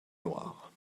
noire